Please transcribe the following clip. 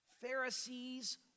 Pharisees